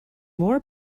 more